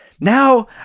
now